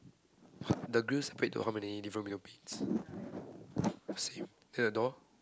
the grill seperate to how many different window panes same then the door